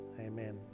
amen